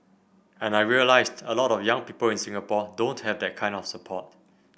and I realised a lot of young people in Singapore don't have that kind of support